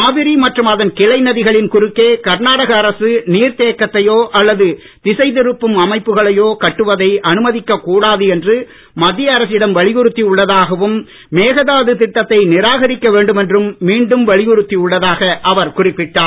காவிரி மற்றும் அதன் கிளை நதிகளின் குறுக்கே கர்நாடக அரசு நீர் தேக்கத்தையோ அல்லது திசை திருப்பும் அமைப்புகளையோ கட்டுவதை அனுமதிக்க கூடாது என்று மத்திய அரசிடம் வலியுறுத்தி உள்ளதாகவும் மேகதாது திட்த்தை நிராகரிக்க வேண்டும் என்றும் மீண்டும் வலியுறுத்தி உள்ளதாக அவர் குறிப்பிட்டார்